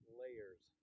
layers